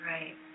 Right